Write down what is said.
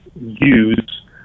use